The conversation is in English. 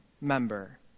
member